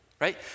right